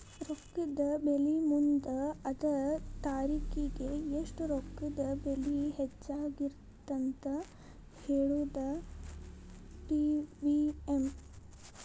ರೊಕ್ಕದ ಬೆಲಿ ಮುಂದ ಅದ ತಾರಿಖಿಗಿ ಎಷ್ಟ ರೊಕ್ಕದ ಬೆಲಿ ಹೆಚ್ಚಾಗಿರತ್ತಂತ ಹೇಳುದಾ ಟಿ.ವಿ.ಎಂ